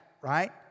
right